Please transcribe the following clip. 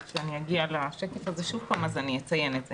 כשאני אגיע לשקף הזה, אני אציין את זה.